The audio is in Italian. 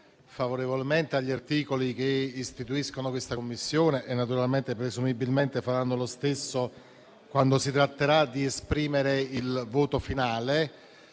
favore degli articoli che istituiscono questa Commissione e che, presumibilmente, farà lo stesso quando si tratterà di esprimere il voto finale.